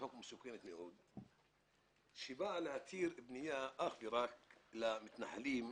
כדי למנוע ניגוד עניינים